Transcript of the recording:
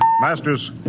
Masters